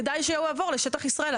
כדאי שהוא יעבור לשטח ישראל,